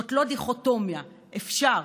זאת לא דיכוטומיה, אפשר,